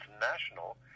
National